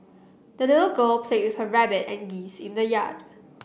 the little girl played with her rabbit and geese in the yard